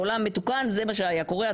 בעולם מתוקן, זה מה שהיה קורה.